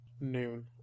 Noon